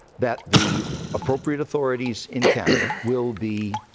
that the appropriate authorities in canada will be